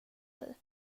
dig